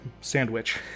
Sandwich